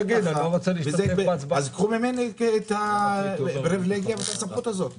קחו ממני את הפריבילגיה ואת הסמכות הזו.